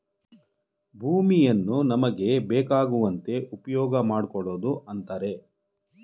ಭೂಮಿಯನ್ನು ನಮಗೆ ಬೇಕಾಗುವಂತೆ ಉಪ್ಯೋಗಮಾಡ್ಕೊಳೋದು ಅಂತರೆ